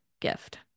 gift